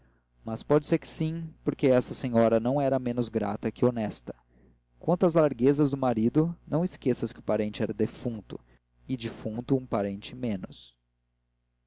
mas pode ser que sim porque esta senhora era não menos grata que honesta quanto às larguezas do marido não esqueças que o parente era defunto e o defunto um parente menos